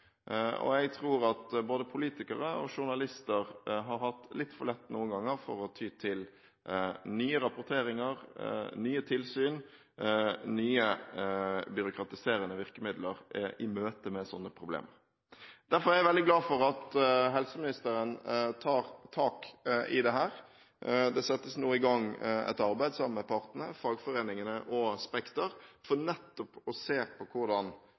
og jeg tror at både politikere og journalister har hatt litt for lett noen ganger til å ty til nye rapporteringer, tilsyn og byråkratiserende virkemidler i møte med slike problemer. Derfor er jeg veldig glad for at helseministeren tar tak i dette. Det settes nå i gang et arbeid, sammen med partene – fagforeningene og Spekter – for nettopp å se på hvordan